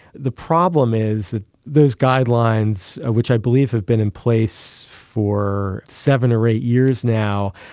the problem is that those guidelines, ah which i believe have been in place for seven or eight years now,